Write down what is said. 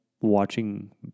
watching